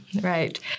Right